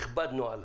הכבדנו עליו.